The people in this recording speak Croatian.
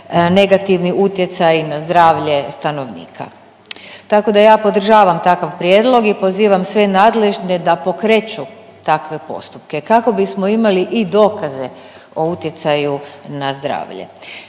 negativni utjecaji na zdravlje stanovnika, tako da ja podržavam takav prijedlog i pozivam sve nadležne da pokreću takve postupke kako bismo imali i dokaze o utjecaju na zdravlje.